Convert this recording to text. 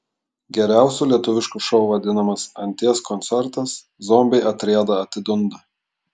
geriausiu lietuvišku šou vadinamas anties koncertas zombiai atrieda atidunda